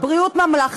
ביטוח בריאות ממלכתי,